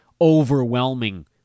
overwhelming